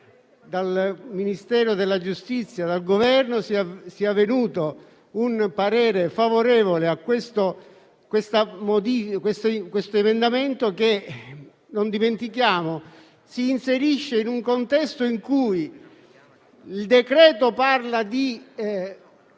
dal Ministero della giustizia, dal Governo, sia venuto un parere favorevole su questo emendamento che - non dimentichiamolo - si inserisce in un decreto-legge che parla di